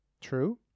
True